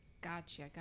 Gotcha